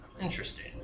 Interesting